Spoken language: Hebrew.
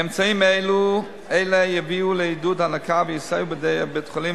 אמצעים אלה יביאו לעידוד ההנקה ויסייעו בידי בית-החולים